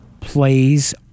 plays